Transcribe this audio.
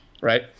right